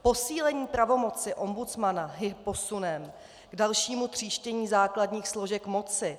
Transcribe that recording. Posílení pravomoci ombudsmana je posunem k dalšímu tříštění základních složek moci.